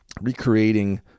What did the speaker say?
recreating